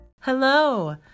Hello